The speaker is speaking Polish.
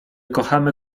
kochamy